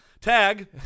Tag